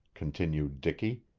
continued dicky.